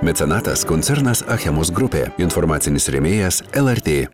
mecenatas koncernas achemos grupė informacinis rėmėjas lrt